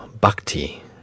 Bhakti